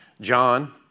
John